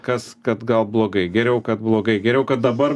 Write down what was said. kas kad gal blogai geriau kad blogai geriau kad dabar